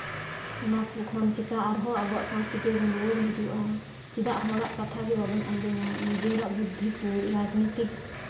ᱚᱱᱟ ᱠᱚ ᱠᱷᱚᱱ ᱪᱤᱠᱟᱹ ᱟᱨᱦᱚᱸ ᱟᱵᱚᱣᱟᱜ ᱥᱚᱝᱥᱠᱨᱤᱛᱤ ᱨᱮᱵᱚᱱ ᱨᱩᱣᱟᱹᱲ ᱦᱤᱡᱩᱜᱼᱟ ᱪᱮᱫᱟᱜ ᱦᱚᱲᱟᱜ ᱠᱟᱛᱷᱟ ᱜᱮ ᱵᱟᱵᱚᱱ ᱟᱸᱡᱚᱢᱟ ᱱᱤᱡᱮᱨᱟᱜ ᱵᱩᱫᱽᱫᱷᱤ ᱠᱚ ᱨᱟᱡᱱᱤᱛᱤ